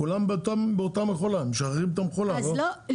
הם משחררים את המכולה, לא?